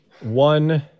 one